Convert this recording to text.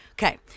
Okay